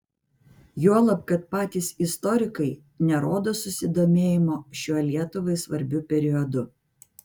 juolab kad patys istorikai nerodo susidomėjimo šiuo lietuvai svarbiu periodu